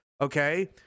okay